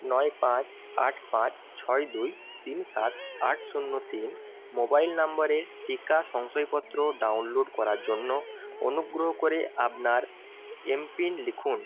নয় পাঁচ আট পাঁচ ছয় দুই তিন সাত আট শূন্য তিন মোবাইল নম্বরে টিকা শংসাপত্র ডাউনলোড করার জন্য অনুগ্রহ করে আপনার এমপিন লিখুন